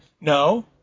No